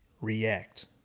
react